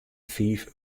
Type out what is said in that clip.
fiif